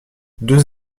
deux